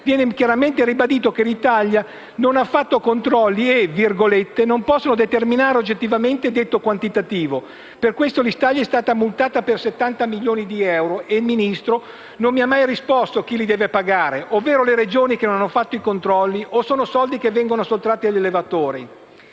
viene chiaramente ribadito che l'Italia non ha fatto i controlli e «non possono determinare oggettivamente detto quantitativo». Per questo l'Italia è stata multata per 70 milioni di euro e il Ministro non mi ha mai risposto chi li deve pagare: le Regioni, che non hanno fatto i controlli, o sono soldi che vengono sottratti agli allevatori?